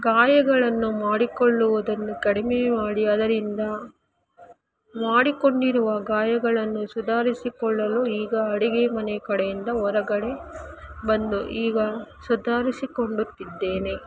ಗಾಯಗಳನ್ನು ಮಾಡಿಕೊಳ್ಳುವುದನ್ನು ಕಡಿಮೆ ಮಾಡಿ ಅದರಿಂದ ಮಾಡಿಕೊಂಡಿರುವ ಗಾಯಗಳನ್ನು ಸುಧಾರಿಸಿಕೊಳ್ಳಲು ಈಗ ಅಡಿಗೆ ಮನೆ ಕಡೆಯಿಂದ ಹೊರಗಡೆ ಬಂದು ಈಗ ಸುಧಾರಿಸಿಕೊಳ್ಳುತ್ತಿದ್ದೇನೆ